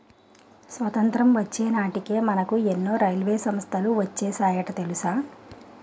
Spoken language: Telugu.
స్వతంత్రం వచ్చే నాటికే మనకు ఎన్నో రైల్వే సంస్థలు వచ్చేసాయట తెలుసా